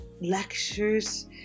lectures